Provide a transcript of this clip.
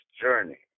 journey